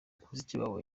mushikiwabo